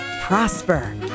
prosper